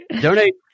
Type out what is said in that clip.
Donate